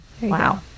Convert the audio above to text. Wow